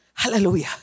Hallelujah